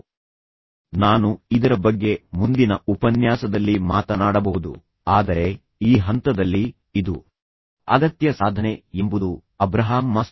ತಾತ್ಕಾಲಿಕ ಬೇರ್ಪಡುವಿಕೆಯಂತೆ ಅವಳು ವಿಚ್ಛೇದನಕ್ಕೆ ಒತ್ತಾಯಿಸುತ್ತಿದ್ದರೆ ತಾತ್ಕಾಲಿಕ ಬೇರ್ಪಡಿಕೆ ಅದುವೇ ಸಮಸ್ಯೆಗೆ ಪರಿಹಾರ ಕಾಣಿಸುತ್ತದೆ